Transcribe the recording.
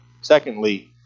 Secondly